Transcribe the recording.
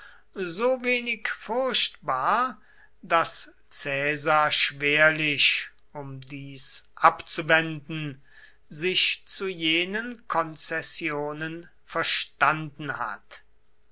so wenig furchtbar daß caesar schwerlich um dies abzuwenden sich zu jenen konzessionen verstanden hat